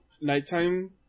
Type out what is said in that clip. nighttime